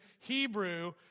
Hebrew